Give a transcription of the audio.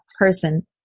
person